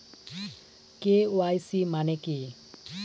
KYC মানে কি?